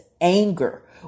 anger